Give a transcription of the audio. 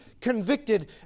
convicted